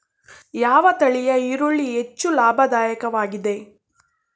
ಯಾವ ತಳಿಯ ಈರುಳ್ಳಿ ಹೆಚ್ಚು ಲಾಭದಾಯಕವಾಗಿದೆ?